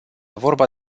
vorba